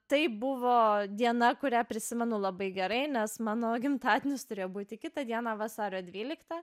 tai buvo diena kurią prisimenu labai gerai nes mano gimtadienis turėjo būti kitą dieną vasario dvyliktą